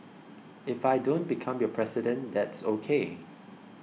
if I don't become your president that's ok